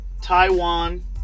Taiwan